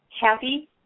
happy